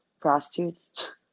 prostitutes